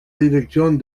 dirección